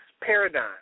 paradigm